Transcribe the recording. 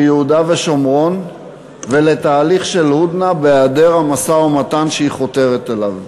ביהודה ושומרון ולתהליך של "הודנה" בהיעדר המשא-ומתן שהיא חותרת אליו.